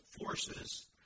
forces